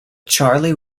charley